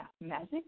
magic